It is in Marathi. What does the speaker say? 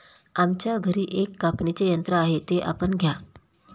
आमच्या घरी एक कापणीचे यंत्र आहे ते आपण घ्या